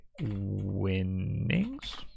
winnings